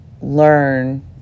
learn